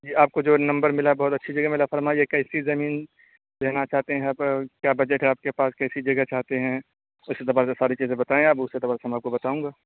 جی آپ کو جو نمبر ملا ہے بہت اچھی جگہ ملا فرمائیے کیسی زمین لینا چاہتے ہیں کیا بجٹ ہے آپ کے پاس کیسی جگہ چاہتے ہیں اس اعتبار سے ساری چیزیں بتائیں آپ اس اعتبار سے میں آپ کو بتاؤں گا